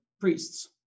priests